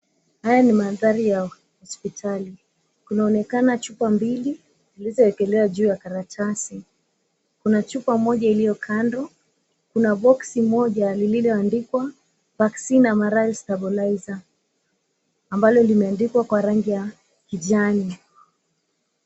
Haya ni mandhari ya hospitali. Kunaonekana chupa mbili zilizoekelewa juu ya karatasi. Kuna chupa moja iliyo kando, kuna boksi moja lililoandikwa, " Vaccina Amaril Stabiliser", ambalo limeandikwa kwa rangi ya kijani.